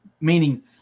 meaning